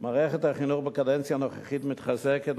בקדנציה הנוכחית מתחזקת,